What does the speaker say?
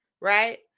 right